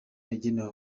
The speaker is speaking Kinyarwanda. yagenewe